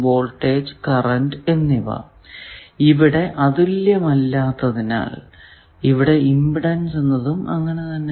voltage current എന്നിവ ഇവിടെ അതുല്യമല്ലാത്തതിനാൽ ഇവിടെ ഇമ്പിഡൻസ് എന്നതും അങ്ങനെ തന്നെ